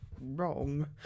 wrong